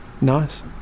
Nice